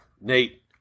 Nate